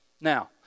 Now